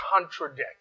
contradict